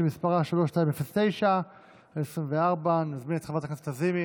שמספרה 3209/24. אני מזמין את חברת הכנסת לזימי